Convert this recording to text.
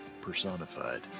personified